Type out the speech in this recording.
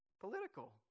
political